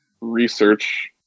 research